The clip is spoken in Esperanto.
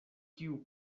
kiu